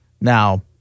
now